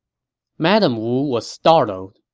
madame wu was startled.